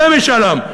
זה משאל עם.